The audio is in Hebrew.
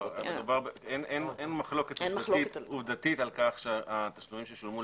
אין מחלוקת עובדתית על כך שהתשלומים ששולמו,